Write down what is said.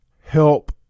help